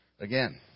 again